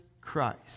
Christ